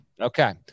okay